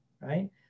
right